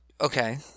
okay